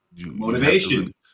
motivation